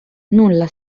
nulla